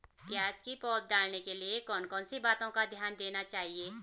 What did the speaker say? प्याज़ की पौध डालने के लिए कौन कौन सी बातों का ध्यान देना चाहिए?